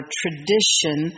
tradition